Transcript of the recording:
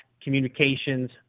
communications